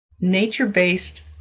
Nature-based